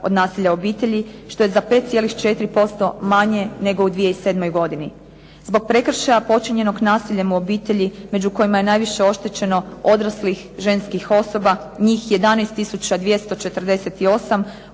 od nasilja u obitelji, što je za 5,4% manje nego u 2007. godini. Zbog prekršaja počinjenog nasiljem u obitelji, među kojima je najviše oštećeno odraslih ženskih osoba njih 11